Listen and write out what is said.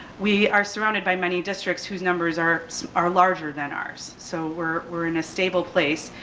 we are surrounded by many districts whose numbers are are larger than ours. so we're we're in a stable place.